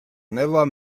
never